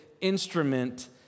instrument